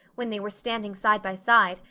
when they were standing side by side,